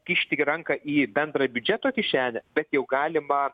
kišti ranką į bendrą biudžeto kišenę bet jau galima